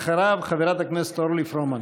אחריו, חברת הכנסת אורלי פרומן.